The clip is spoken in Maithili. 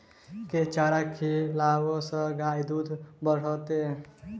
केँ चारा खिलाबै सँ गाय दुध बढ़तै?